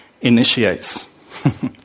initiates